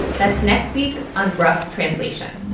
that's next week on rough translation